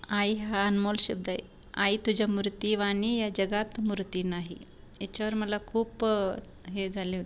आई हा अनमोल शब्द आहे आई तुझ्या मूर्तीवाणी या जगात मूर्ती नाही याच्यावर मला खूप हे झाले